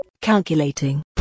Calculating